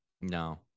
No